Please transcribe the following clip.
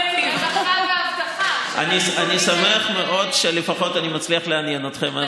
אני שמח מאוד שלפחות אני מצליח לעניין אתכם,